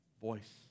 voice